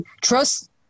trust